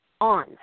on